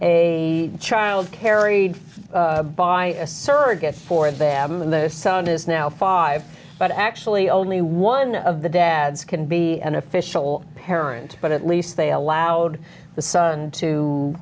a child carried by a surrogate for them and the sound is now five but actually only one of the dads can be an official parent but at least they allowed the son to